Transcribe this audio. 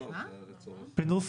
פינדרוס,